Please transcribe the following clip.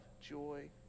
joy